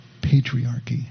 patriarchy